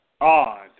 odd